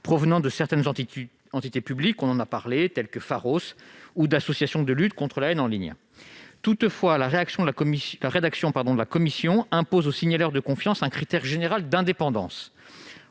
provenant de certaines entités publiques, telles que Pharos, ou d'associations de lutte contre la haine en ligne. Toutefois, la rédaction de la commission impose aux signaleurs de confiance un critère général d'indépendance.